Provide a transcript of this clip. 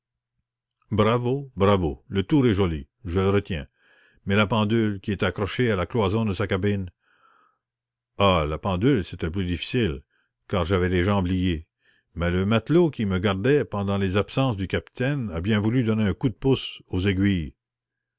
bravo bravo le tour est joli je le retiens mais la pendule qui était accrochée à la cloison de sa cabine ah la pendule c'était plus difficile car j'avais les jambes liées mais le matelot qui me gardait pendant les absences du capitaine a bien voulu donner un coup de pouce aux aiguilles